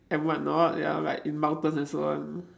and what not ya like in mountains and so on